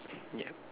yup